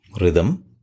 rhythm